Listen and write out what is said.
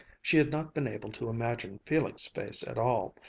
she had not been able to imagine felix' face at all,